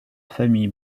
famille